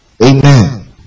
Amen